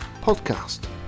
podcast